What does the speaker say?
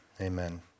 amen